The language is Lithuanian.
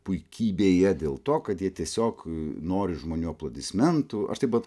puikybėje dėl to kad jie tiesiog nori žmonių aplodismentų aš taip pat